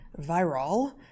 viral